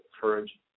courage